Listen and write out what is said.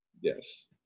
Yes